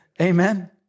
Amen